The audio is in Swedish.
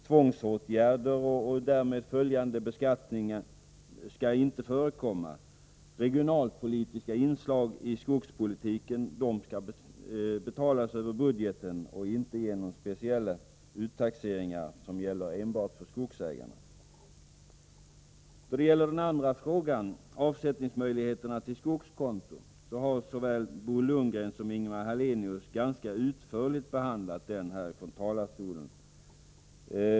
Tvångsåtgärder och därmed följande beskattning skall inte förekomma. Regionalpolitiska inslag i skogspolitiken skall betalas över budgeten och inte genom speciell uttaxering gällande enbart skogsägare. Den andra frågan, möjligheterna att göra avsättning till skogskonto, har såväl Bo Lundgren som Ingemar Hallenius behandlat ganska utförligt här från talarstolen.